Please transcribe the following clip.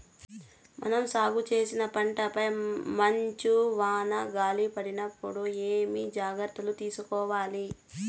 మనం సాగు చేసిన పంటపై మంచు, వాన, గాలి పడినప్పుడు ఏమేం జాగ్రత్తలు తీసుకోవల్ల?